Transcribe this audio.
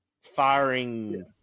firing